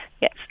Yes